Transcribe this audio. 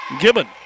Gibbon